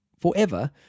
forever